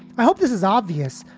i hope this is obvious,